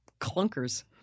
clunkers